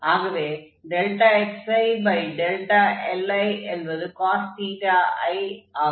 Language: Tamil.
ஆகவே xili என்பது cos i ஆகும்